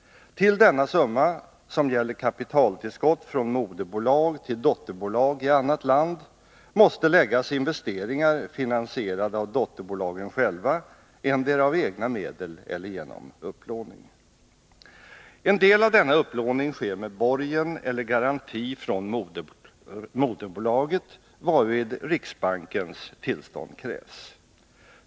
Till denna summa, som gäller kapitaltillskott från moderbolag till dotterbolag i annat land, måste läggas investeringar finansierade av dotterbolagen själva, endera av egna medel eller genom upplåning. En del av denna upplåning sker med borgen eller garanti från moderbolaget, varvid riksbankens tillstånd krävs.